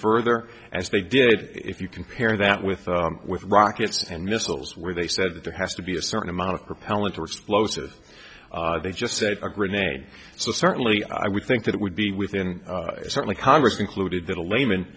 further as they did if you compare that with rockets and missiles where they said that there has to be a certain amount of propellant or explosive they just said a grenade so certainly i would think that it would be within certainly congress included that a layman